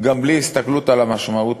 גם בלי הסתכלות על המשמעות